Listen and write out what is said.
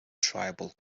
tribal